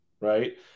right